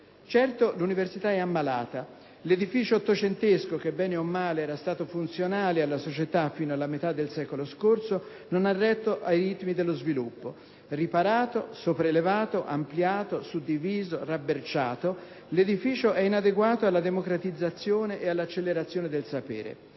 Certo, l'università è ammalata. L'edificio ottocentesco che - bene o male - era stato funzionale alla società fino alla metà del secolo scorso, non ha retto ai ritmi dello sviluppo. Riparato, sopraelevato, ampliato, suddiviso, rabberciato, l'edificio è inadeguato alla democratizzazione e all'accelerazione del sapere.